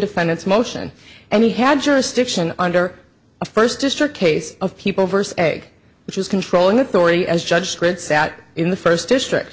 defendant's motion and he had jurisdiction under a first district case of people vs egg which is controlling authority as judge fritz sat in the first district